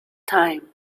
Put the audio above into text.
time